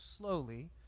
Slowly